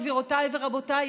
גבירותיי ורבותיי,